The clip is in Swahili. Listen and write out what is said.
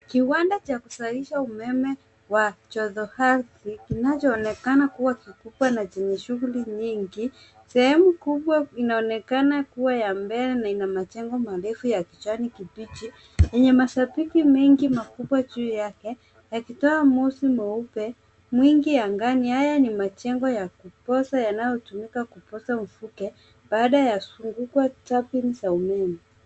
Kiwanda cha kuzalisha umeme wa jotoardhi kinachoonekana kuwa kikubwa na chenye shuguli nyingi. Sehemu kubwa inaonekana kuwa ya mbele na ina majengo mandefu ya kijani kibichi enye masabibi mengi makubwa juu yake yakitoa moshi mweupe mwingi angani, haya ni majengo ya kupoza yanayotumika kupoza mvuke baada ya zunguko tabins za umeme.